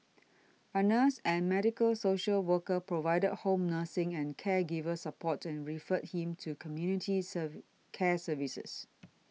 a nurse and medical social worker provided home nursing and caregiver support and referred him to community serve care services